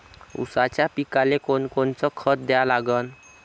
ऊसाच्या पिकाले कोनकोनचं खत द्या लागन?